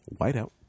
Whiteout